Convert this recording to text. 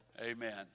Amen